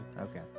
Okay